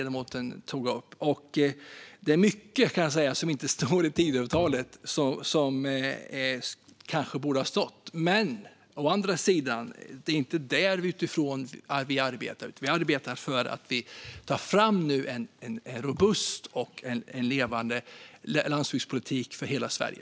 Det är mycket, kan jag säga, som inte står i Tidöavtalet som kanske borde ha stått där. Men å andra sidan är det inte utifrån det vi arbetar, utan vi arbetar för att ta fram en robust och levande landsbygdspolitik för hela Sverige.